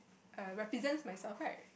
uh represents myself right